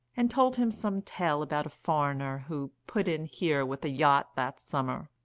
and told him some tale about a foreigner who put in here with a yacht that summer.